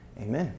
Amen